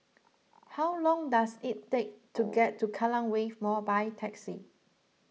how long does it take to get to Kallang Wave Mall by taxi